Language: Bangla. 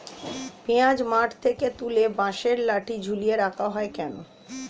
পিঁয়াজ মাঠ থেকে তুলে বাঁশের লাঠি ঝুলিয়ে রাখা হয় কেন?